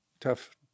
tough